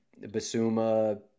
Basuma